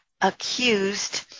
accused